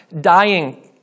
dying